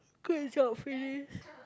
great selfie